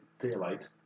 daylight